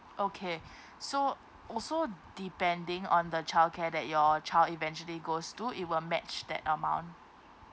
okay so also depending on the childcare that your child eventually goes to it will match that amount